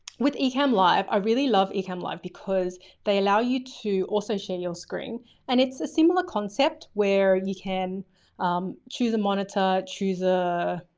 with ecamm live, i really love ecamm live because they allow you to also share your screen and it's a similar concept where you can choose a monitor, choose a,